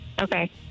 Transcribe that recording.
Okay